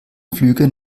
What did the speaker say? flüge